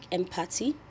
empathy